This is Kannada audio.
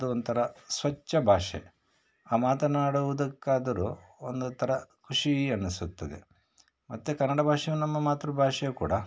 ಅದು ಒಂಥರ ಸ್ವಚ್ಛ ಭಾಷೆ ಆ ಮಾತನ್ನಾಡುವುದಕ್ಕಾದರು ಒಂದು ಥರ ಖುಷಿ ಅನ್ನಿಸುತ್ತದೆ ಮತ್ತು ಕನ್ನಡ ಭಾಷೆಯು ನಮ್ಮ ಮಾತೃ ಭಾಷೆಯೂ ಕೂಡ